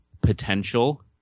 potential